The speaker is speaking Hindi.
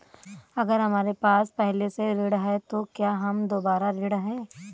अगर हमारे पास पहले से ऋण है तो क्या हम दोबारा ऋण हैं?